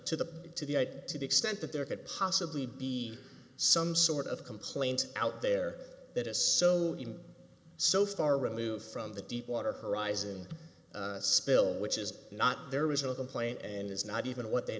to the to the to the extent that there could possibly be some sort of complaint out there that is so so far removed from the deepwater horizon spill which is not their original complaint and is not even what they